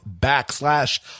backslash